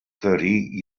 thirty